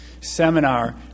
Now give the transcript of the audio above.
seminar